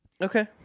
okay